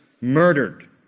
murdered